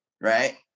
right